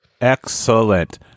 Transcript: excellent